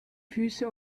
füße